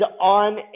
on